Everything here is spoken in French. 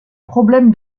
problème